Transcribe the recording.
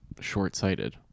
short-sighted